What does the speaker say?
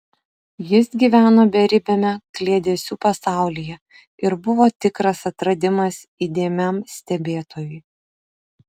jis gyveno beribiame kliedesių pasaulyje ir buvo tikras atradimas įdėmiam stebėtojui